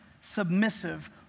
submissive